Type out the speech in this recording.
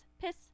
piss